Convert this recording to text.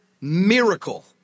miracle